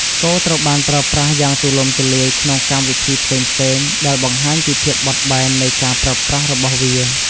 ស្គរត្រូវបានប្រើប្រាស់យ៉ាងទូលំទូលាយក្នុងកម្មវិធីផ្សេងៗ ដែលបង្ហាញពីភាពបត់បែននៃការប្រើប្រាស់របស់វា។